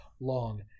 long